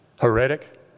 heretic